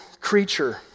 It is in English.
creature